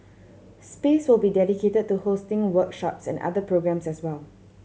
space will be dedicated to hosting workshops and other programmes as well